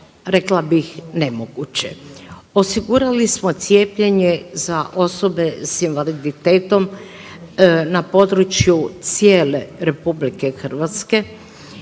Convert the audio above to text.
rekla bih nemoguće. Osigurali smo cijepljene za osobe s invaliditetom na području RH i to za sve